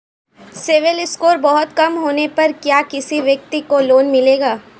CIBIL score बहुत कम होने पर क्या किसी व्यक्ति को लोंन मिलेगा?